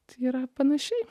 tai yra panašiai